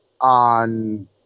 on